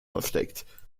versteckt